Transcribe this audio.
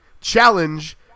challenge